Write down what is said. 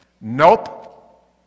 Nope